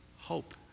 Hope